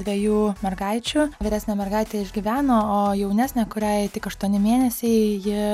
dviejų mergaičių vyresnė mergaitė išgyveno o jaunesnė kuriai tik aštuoni mėnesiai ji